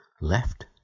left